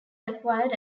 acquired